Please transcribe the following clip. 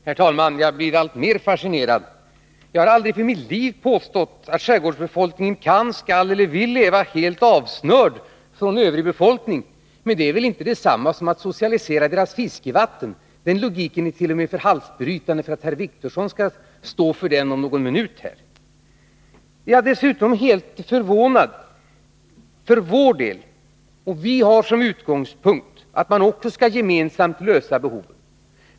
Herr talman! Jag blir alltmer fascinerad. Jag har aldrig i mitt liv påstått att skärgårdsbefolkningen kan, skall eller vill leva helt avsnörd från den övriga befolkningen. Men det är väl inte detsamma som att deras fiskevatten skall socialiseras. Den logiken är t.o.m. alltför halsbrytande för att Åke Wictorsson skall kunna stå för den om någon minut här. Jag känner dessutom förvåning å våra egna vägnar. Vi har som utgångspunkt att man gemensamt skall tillgodose behoven.